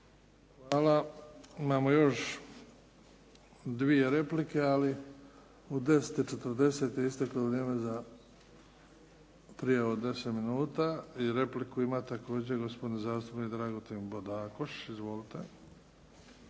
Hvala. Imamo još dvije replike, ali u 10 i 40 je isteklo vrijeme za prijavu od 10 minuta. I repliku ima također gospodin zastupnik Dragutin Bodakoš. Izvolite.